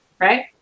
right